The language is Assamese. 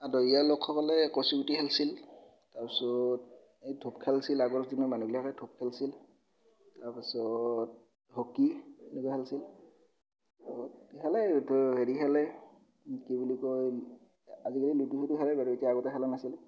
আদহীয়াল লোকসকলে কচুগুটি খেলিছিল তাৰ পিছত এই ধোপ খেলিছিল আগৰ দিনৰ মানুহবিলাকে ধোপ খেলিছিল তাৰ পাছত হকী এনেকুৱা খেলছিল খেলে ইহঁতেও হেৰি খেলে কি বুলি কয় আজিকালি লুডু চুডু খেলে বাৰু এতিয়া আগতে খেলা নাছিল